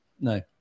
No